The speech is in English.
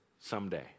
someday